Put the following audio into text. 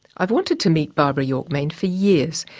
i've wanted to meet barbara york main for years,